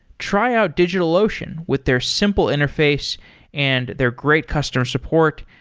try out digitalocean with their simple interface and their great customer support,